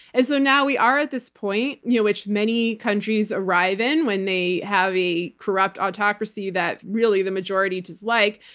and so now we are at this point, yeah which many countries arrive in when they have a corrupt autocracy that really, the majority dislike,